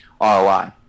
ROI